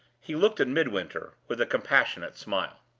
he looked at midwinter with a compassionate smile.